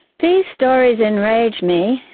these stories enrage me,